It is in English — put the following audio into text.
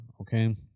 okay